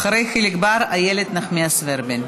אחרי חיליק בר, איילת נחמיאס ורבין.